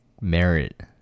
merit